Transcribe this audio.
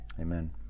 Amen